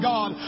God